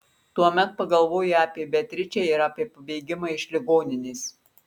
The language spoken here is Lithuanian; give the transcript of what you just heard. tuomet pagalvoju apie beatričę ir apie pabėgimą iš ligoninės